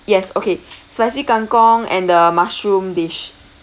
yes okay spicy kangkong and the mushroom dish